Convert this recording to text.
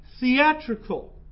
theatrical